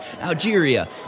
Algeria